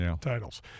titles